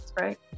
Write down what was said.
right